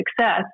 Success